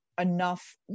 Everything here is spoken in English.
enough